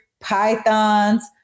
pythons